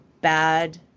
bad